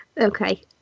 Okay